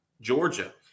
Georgia